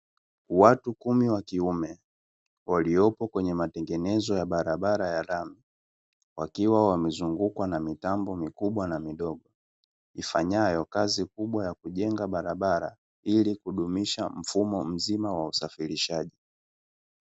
Watu kumi wa kiume, waliopo kwenye matengenezo ya barabara ya lami, wakiwa wamezungukwa na mitambo mikubwa na midogo, ifanyayo kazi kubwa ya kujenga barabara ili kudumisha mfumo mzima wa usafirishaji.